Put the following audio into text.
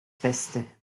beste